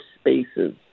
spaces